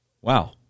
Wow